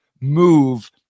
move